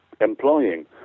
employing